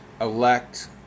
elect